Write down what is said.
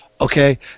Okay